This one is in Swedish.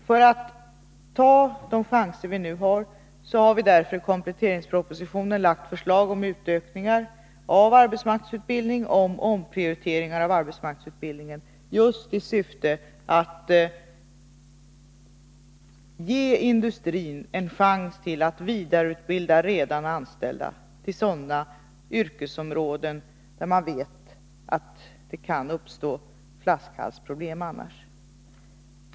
För att ta de chanser vi nu har har vi därför i kompletteringspropositionen lagt förslag om utökningar av arbetskraftsutbildning och om omprioriteringar av arbetsmarknadsutbildningen, just i syfte att ge industrin en chans att vidareutbilda redan anställda till sådana yrkesområden där man vet att det annars kan uppstå flaskhalsproblem.